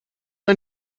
ein